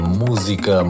música